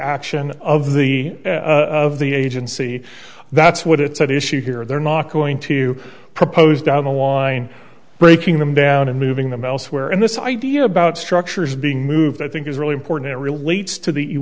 action of the of the agency that's what it's at issue here they're not going to propose down the line breaking them down and moving them elsewhere in this idea about structures being moved i think is really important real relates to the